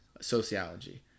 sociology